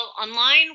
online